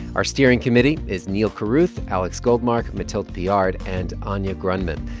our steering committee is neal carruth, alex goldmark, mathilde piard and anya grundmann.